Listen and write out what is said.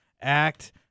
Act